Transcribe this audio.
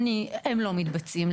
הם לא מתבצעים,